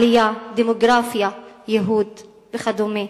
עלייה, דמוגרפיה, ייהוד, וכדומה.